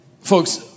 Folks